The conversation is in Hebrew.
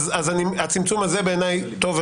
אז הצמצום הזה טוב ומבורך,